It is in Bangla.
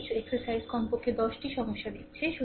এখন কিছু এক্সারসাইজ কমপক্ষে 10 টি সমস্যা দিচ্ছে